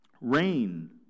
Rain